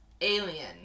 Alien